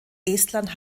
estland